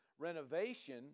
Renovation